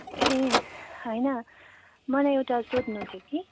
ए होइन मलाई एउटा सोध्नु थियो कि